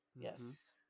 Yes